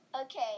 Okay